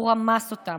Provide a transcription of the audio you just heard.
הוא רמס אותם.